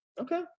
Okay